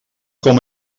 com